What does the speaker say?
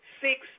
six